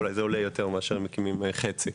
אולי זה עולה יותר מאשר שמקימים חצי.